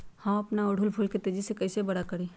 हम अपना ओरहूल फूल के तेजी से कई से बड़ा करी?